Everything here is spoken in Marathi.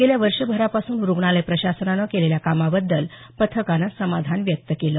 गेल्या वर्षभरापासून रुग्णालय प्रशासनानं केलेल्या कामाबद्दल पथकान समाधान व्यक्त केल